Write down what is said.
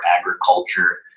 agriculture